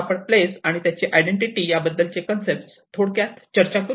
आपण प्लेस आणि त्याचे आयडेंटिटी याबद्दलचे कन्सेप्ट थोडक्यात चर्चा करू